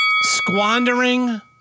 Squandering